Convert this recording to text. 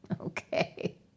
Okay